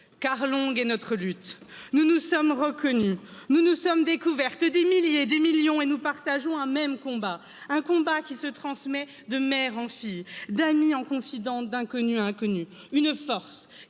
Carl Long est notre lutte, nous nous sommes reconnus, nous nous sommes découvertes des milliers et des millions et nous partageons un même combat, un combat qui se transmet de mère en fille, d'amis en confidente, d'inconnus inconnus une force